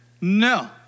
No